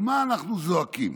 על מה אנחנו זועקים?